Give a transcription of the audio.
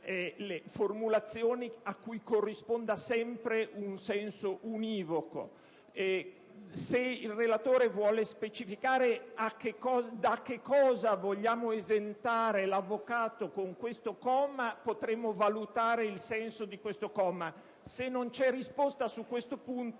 espressioni cui corrisponda sempre un senso univoco. Se il relatore vuole specificare da che cosa si intende esentare l'avvocato con questo comma, potremmo valutare il senso della norma; se, invece, non c'è risposta su questo punto,